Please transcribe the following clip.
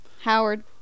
Howard